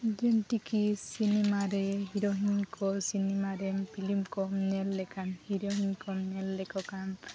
ᱡᱤᱱᱛᱤᱠᱤ ᱥᱤᱱᱮᱢᱟᱨᱮ ᱦᱤᱨᱳᱭᱤᱱ ᱠᱚ ᱥᱤᱱᱤᱢᱟ ᱨᱮᱱ ᱯᱷᱤᱞᱤᱢ ᱠᱚᱢ ᱧᱮᱞ ᱞᱮᱠᱷᱟᱱ ᱦᱤᱨᱳᱭᱤᱱ ᱠᱚᱢ ᱧᱮᱞ ᱞᱮᱠᱚ ᱠᱷᱟᱱ